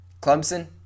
Clemson